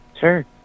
sure